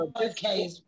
Okay